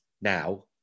now